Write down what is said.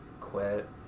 quit